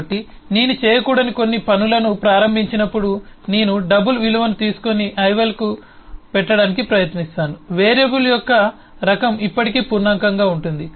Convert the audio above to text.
కాబట్టి నేను చేయకూడని కొన్ని పనులను ప్రారంభించినప్పుడు నేను డబుల్ విలువను తీసుకొని ఐవల్కు పెట్టడానికి ప్రయత్నిస్తాను వేరియబుల్ యొక్క రకం ఇప్పటికీ పూర్ణాంకంగా ఉంటుంది